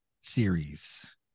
series